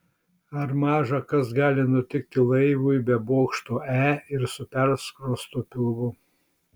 ar maža kas gali nutikti laivui be bokšto e ir su perskrostu pilvu